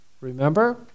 remember